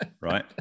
right